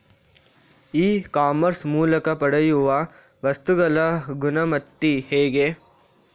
E commerce ಮೂಲಕ ಪಡೆಯುವ ವಸ್ತುಗಳ ಗುಣಮಟ್ಟ ಹೇಗೆ?